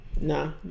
Nah